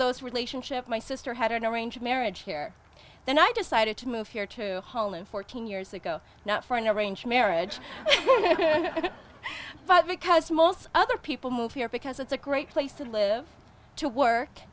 those relationship my sister had an arranged marriage here then i decided to move here to home and fourteen years ago not for an arranged marriage but because most other people moved here because it's a great place to live to work